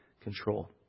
control